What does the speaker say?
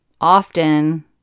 often